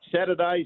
Saturdays